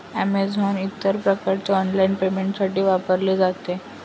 Amazon इतर प्रकारच्या online पेमेंटसाठी वापरले जाते